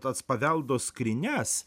tas paveldo skrynias